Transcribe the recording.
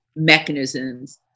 mechanisms